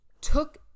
took